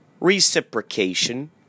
reciprocation